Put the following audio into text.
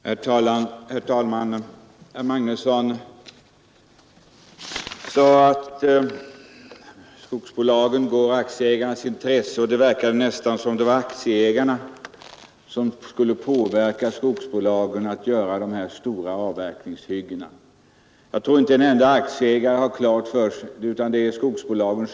Herr talman! Herr Magnusson i Kristinehamn sade att skogsbolagen går aktieägarna till mötes. Det verkade nästan som om det var aktieägarna som uppmanade skogsbolagen att göra dessa stora avverkningar — det är skogsbolagens experter som bestämmer takten för avverkningen.